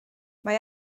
mae